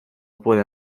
puede